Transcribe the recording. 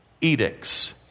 edicts